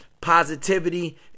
positivity